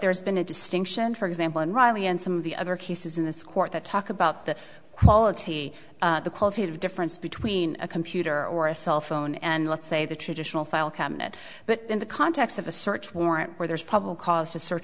there's been a distinction for example in riley and some of the other cases in this court that talk about the quality the quality of difference between a computer or a cell phone and let's say the traditional file cabinet but in the context of a search warrant where there's probable cause to search